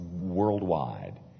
worldwide